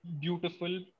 beautiful